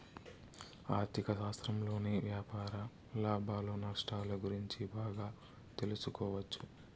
ఆర్ధిక శాస్త్రంలోని వ్యాపార లాభాలు నష్టాలు గురించి బాగా తెలుసుకోవచ్చు